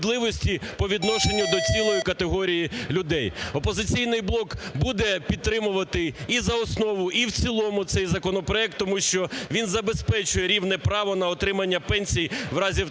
по відношенню до цілої категорії людей. "Опозиційний блок" буде підтримувати і за основу, і в цілому цей законопроект, тому що він забезпечує рівне право на отримання пенсій в разі втрати